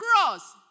cross